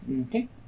okay